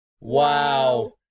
Wow